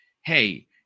Hey